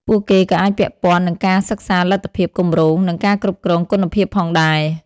ពួកគេក៏អាចពាក់ព័ន្ធនឹងការសិក្សាលទ្ធភាពគម្រោង និងការគ្រប់គ្រងគុណភាពផងដែរ។